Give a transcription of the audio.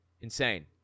insane